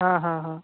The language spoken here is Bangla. হ্যাঁ হ্যাঁ হ্যাঁ